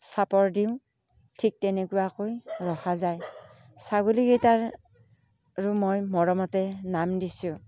চাপৰ দিওঁ ঠিক তেনেকুৱা কৈ ৰখা যায় ছাগলীকেইটাৰ আৰু মই মৰমতে নাম দিছোঁ